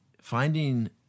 finding